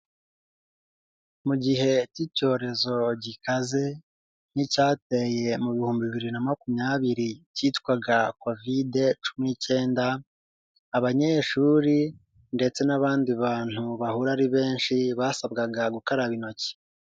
Mu gihe cy'icyorezo gikaze nk'icyateye mu bihumbi bibiri na makumyabiri cyitwaga Covid cumi n'icyenda, abanyeshuri ndetse n'abandi bantu bahura ari benshi, basabwaga gukaraba intoki.